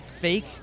fake